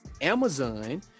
Amazon